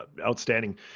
Outstanding